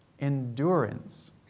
endurance